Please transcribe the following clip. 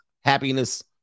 happiness